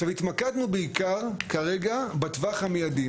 כרגע התמקדנו בעיקר בטווח המיידי,